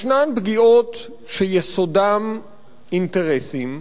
ישנן פגיעות שיסודן אינטרסים,